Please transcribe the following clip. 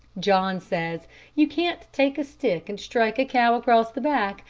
john says you can't take a stick and strike a cow across the back,